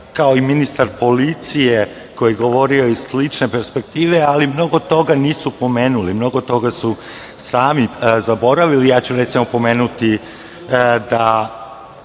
kao i ministar policije koji je govorio iz slične perspektive, ali mnogo toga nisu pomenuli. Mnogo toga su sami zaboravili. Recimo, ja ću pomenuti da